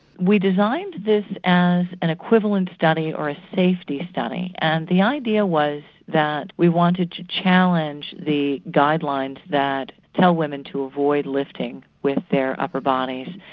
we designed this as an equivalent study, or a safety study, and the idea was that we wanted to challenge the guidelines that tell women to avoid lifting with their upper bodies,